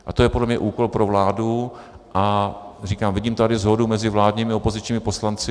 A to je podle mě úkol pro vládu a říkám, vidím tady shodu mezi vládními a opozičními poslanci.